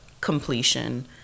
completion